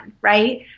right